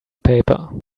paper